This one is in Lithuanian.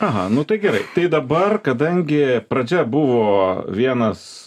aha nu tai gerai tai dabar dangi pradžia buvo vienas